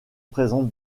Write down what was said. présente